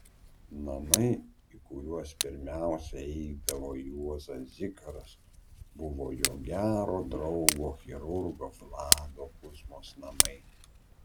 namai į kuriuos pirmiausia eidavo juozas zikaras buvo jo gero draugo chirurgo vlado kuzmos namai